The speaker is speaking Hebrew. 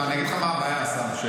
אני אגיד לך מה הבעיה, השר.